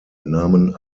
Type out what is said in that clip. nahmen